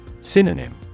Synonym